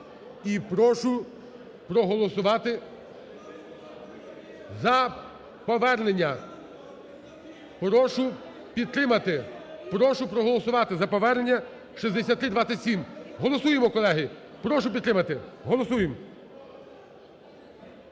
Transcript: і прошу проголосувати за повернення. Прошу підтримати. Прошу проголосувати за повернення 6327. Голосуємо, колеги. Прошу підтримати! Голосуємо!